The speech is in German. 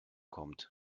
kommt